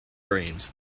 brains